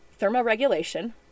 thermoregulation